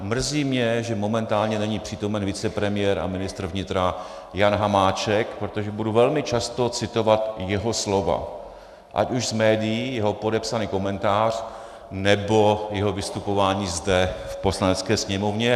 Mrzí mě, že momentálně není přítomen vicepremiér a ministr vnitra Jan Hamáček, protože budu velmi často citovat jeho slova, ať už z médií jeho podepsaný komentář, nebo jeho vystupování zde v Poslanecké sněmovně.